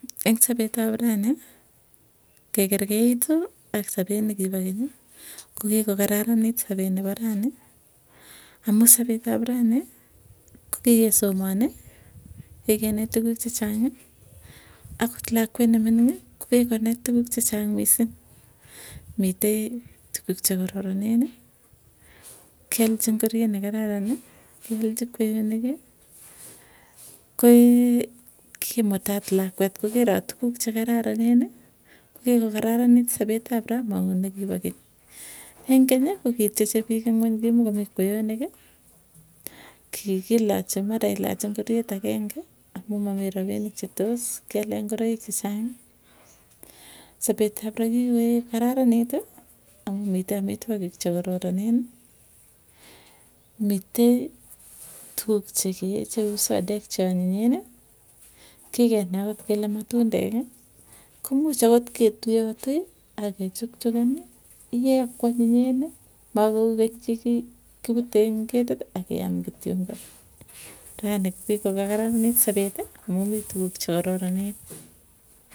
Eng sapet ap ranii, kegergeitu ak sapet nikibo keny, ko kigokararanit sapet nepo rani amu sapet ap rani ko kigesoman, kigenai tuguk che chang. akot lakwet ne mining ko kigonai tuguk che chang mising mitei tuguk che kararanen, kealchi ngoriet ne kararan ke alchi kweinik, koi kimutat lakwet kogerot tuguk chekororonen, ko kigokararanit sapet ap raa mau nikibo keny. Eng keny ko kitieche pik ingony. kimakomii kweinik, kigilachi mara ilach ingoryet agenge, amu mami rapinik che tos kiale ngoroik che chang, sapet ap raa kigokararanit amu mitei amitwogik che kororonen, mitei tuguk cheu sodet che kararanen kigenai agot kele matundek, komuch agoi ke tuatui agechukchugan iye ko anyinyen makou keny kikipute ing ketit akeam kityo. Rano ko kigokararanit sapet amu mi tuguk che kararanen.